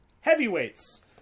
heavyweights